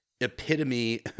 epitome